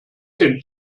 den